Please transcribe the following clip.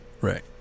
Right